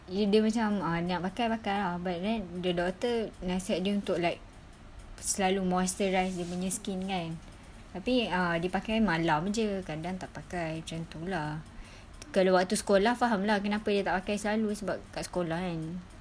dia macam ah nak makan makan but then the doctor nasihat dia untuk like selalu moisturize dia punya skin kan tapi ah dia pakai malam jer kadang tak pakai macam tu lah kalau waktu sekolah faham lah kenapa dia tak pakai selalu sebab kat sekolah kan